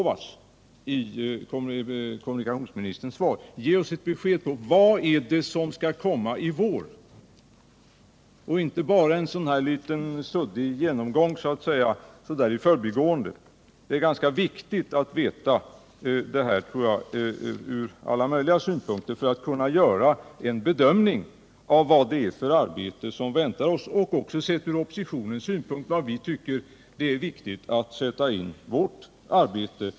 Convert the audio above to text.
Vad är det som skall komma i vår? Ge oss ett besked och inte bara en litet suddig genomgång i förbigående! Det är ganska viktigt att vi får veta vad det är för arbete som väntar oss, och för oppositionen är det viktigt att veta var den skall sätta in sitt arbete.